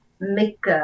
make